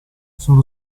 sono